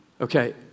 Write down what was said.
Okay